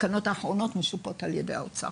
התקנות האחרונות משופות ע"י האוצר.